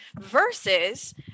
versus